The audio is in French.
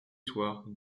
soirs